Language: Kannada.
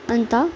ಅಂತ